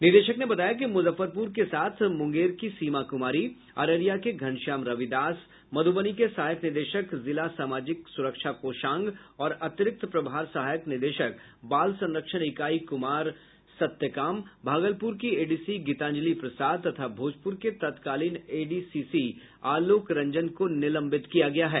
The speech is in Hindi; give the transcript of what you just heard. निदेशक ने बताया कि मुजफ्फरपुर के साथ मुंगेर की सीमा कुमारी अररिया के घनश्याम रविदास मधुबनी के सहायक निदेशक जिला सामाजिक सुरक्षा कोषांग और अतिरिक्त प्रभार सहायक निदेशक बाल संरक्षण इकाई कुमार सत्यकाम भागलपुर की एडीसीसी गीतांजलि प्रसाद तथा भोजपुर के तत्कालीन एडीसीसी आलोक रंजन को निलंबित किया गया है